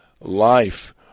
life